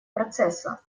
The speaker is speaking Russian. процесса